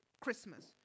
Christmas